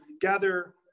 gather